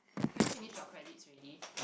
have you finish your credit already